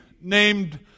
named